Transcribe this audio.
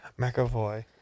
McAvoy